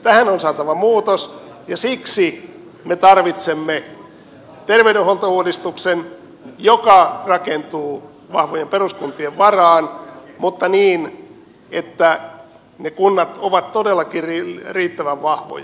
tähän on saatava muutos ja siksi me tarvitsemme terveydenhuoltouudistuksen joka rakentuu vahvojen peruskuntien varaan mutta niin että ne kunnat ovat todellakin riittävän vahvoja